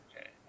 okay